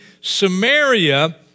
Samaria